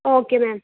okay ma'am